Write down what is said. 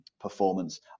performance